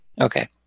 Okay